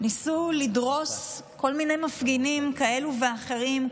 ניסו לדרוס כל מיני מפגינים כאלו ואחרים,